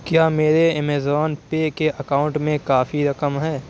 کیا میرے Amazon pay کے اکاؤنٹ میں کافی رقم ہے